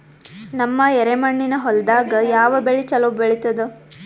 ನಮ್ಮ ಎರೆಮಣ್ಣಿನ ಹೊಲದಾಗ ಯಾವ ಬೆಳಿ ಚಲೋ ಬೆಳಿತದ?